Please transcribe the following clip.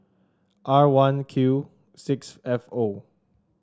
R one Q six F O